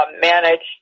managed